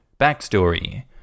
Backstory